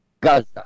Gaza